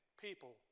people